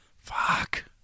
Fuck